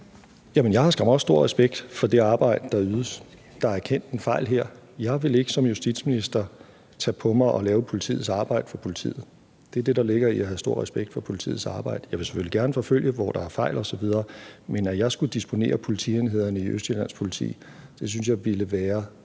jeg har skam også stor respekt for det arbejde, der ydes. Der er erkendt en fejl her. Jeg vil ikke som justitsminister tage på mig at lave politiets arbejde for politiet. Det er det, der ligger i at have stor respekt for politiets arbejde. Jeg vil selvfølgelig gerne forfølge de områder, hvor der er fejl osv., men at jeg skulle disponere over politienhederne i Østjyllands Politi, synes jeg ville være